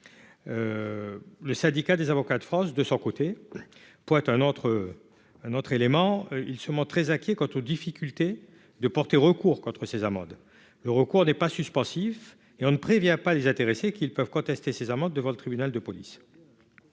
Le Syndicat des avocats de France (SAF), de son côté, pointe un autre élément. Il se dit très inquiet quant aux difficultés de faire un recours contre ces amendes. Le recours n'est pas suspensif, et l'on ne prévient pas les intéressés qu'ils peuvent contester ces amendes devant le tribunal de police.